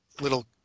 little